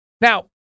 Now